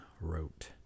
wrote